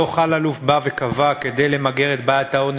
דוח אלאלוף קבע: כדי למגר את בעיית העוני